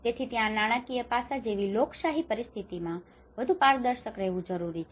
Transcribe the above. તેથી ત્યાં આ નાણાકીય પાસા જેવી લોકશાહી પરિસ્થિતિઓમાં વધુ પારદર્શક રહેવું જરૂરી છે